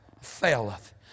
faileth